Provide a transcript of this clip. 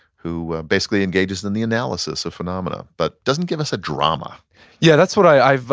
who basically engages in the analysis of phenomena, but doesn't give us a drama yeah, that's what i've,